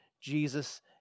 Jesus